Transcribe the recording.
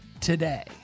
today